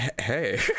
hey